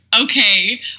okay